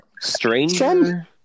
Stranger